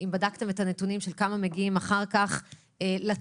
אם בדקתם את הנתונים של כמה מגיעים אחר כך לצבא,